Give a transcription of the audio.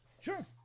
Sure